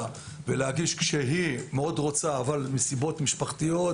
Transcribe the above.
ולהגיש כשהיא מאוד רוצה להגיש אבל מסיבות משפחתיות